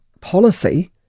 policy